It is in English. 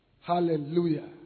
Hallelujah